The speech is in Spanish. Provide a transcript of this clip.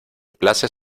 place